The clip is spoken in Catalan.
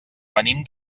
venim